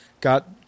got